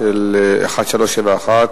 שאילתא מס' 1371,